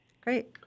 Great